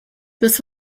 this